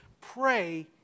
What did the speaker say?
pray